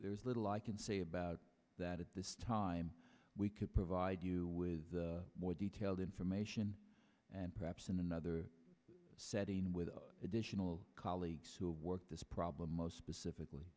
there is little i can say about that at this time we can provide you with more detailed information and perhaps in another setting with additional colleagues who have worked this problem most specifically